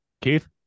Keith